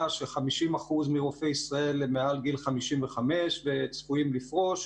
ש-50% מרופאי ישראל הם מעל גיל 55 וצפויים לפרוש,